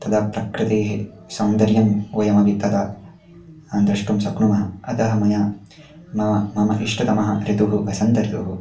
तदा प्रकृतेः सौन्दर्यं वयमपि तदा द्रष्टुं शक्नुमः अतः मया मम मम इष्टतमः ऋतुः वसन्तर्तुः